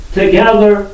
together